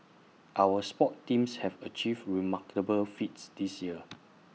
our sports teams have achieved remarkable feats this year